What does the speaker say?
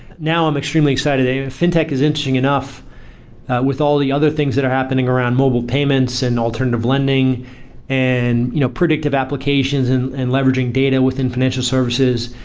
now i'm extremely excited and fintech is interesting enough with all the other things that are happening around mobile payments and alternative lending and you know predictive applications and and leveraging data within financial services.